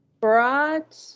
brought